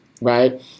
Right